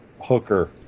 Hooker